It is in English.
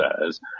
says